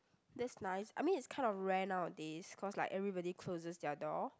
that's nice I mean it's kind of rare nowadays cause like everybody closes their door